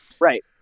right